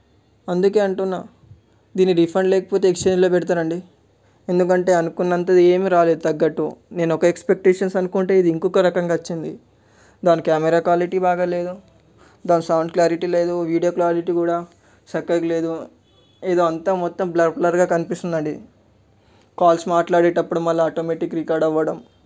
అందుకే అంటున్నాను దీన్ని రీఫండ్ లేకపోతే ఎక్స్ఛేంజ్లో పెడతాను అండి ఎందుకంటే అనుకున్నంత ఏమీ రాలేదు తగ్గట్టు నేను ఒక ఎక్స్పెక్టేషన్స్ అనుకుంటే ఇది ఇంకొక రకంగా వచ్చింది దాని కెమెరా క్వాలిటీ బాగాలేదు సౌండ్ క్లారిటీ లేదు వీడియో క్లారిటీ కూడా చక్కగాలేదు ఇదంతా మొత్తం బ్లర్ బ్లర్గా కనిపిస్తుంది అండి కాల్స్ మాట్లాడేటప్పుడు మళ్ళీ ఆటోమేటిక్ రికార్డు అవడం